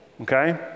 okay